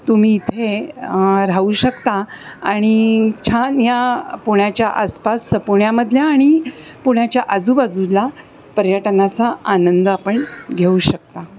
तुम्ही इथे राहू शकता आणि छान ह्या पुण्याच्या आसपास स पुण्यामधल्या आणि पुण्याच्या आजूबाजूला पर्यटनाचा आनंद आपण घेऊ शकता